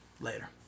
Later